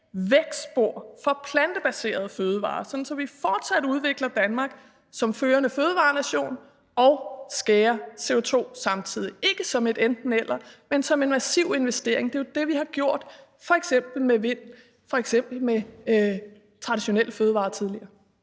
vækstspor for plantebaserede fødevarer, sådan at vi fortsat udvikler Danmark som førende fødevarenation og samtidig skærer ned på CO2-udledning – ikke som et enten-eller, men som en massiv investering? Det er jo det, vi har gjort med f.eks. vind, f.eks. med traditionelle fødevarer tidligere.